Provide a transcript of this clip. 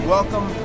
Welcome